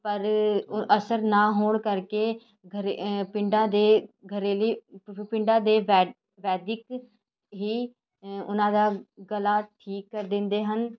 ਪਰ ਅਸਰ ਨਾ ਹੋਣ ਕਰਕੇ ਗਰੇ ਪਿੰਡਾਂ ਦੇ ਗਰੇਲੀ ਪਿੰਡਾਂ ਦੇ ਵੈਦ ਵੈਦਿਕ ਹੀ ਉਹਨਾਂ ਦਾ ਗਲਾ ਠੀਕ ਕਰ ਦਿੰਦੇ ਹਨ